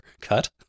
cut